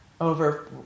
over